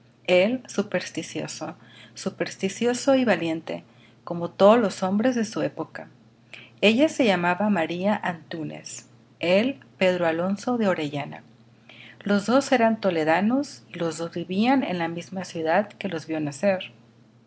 él supersticioso supersticioso y valiente como todos los hombres de su época ella se llamaba maría antúnez él pedro alfonso de orellana los dos eran toledanos y los dos vivían en la misma ciudad que los vió nacer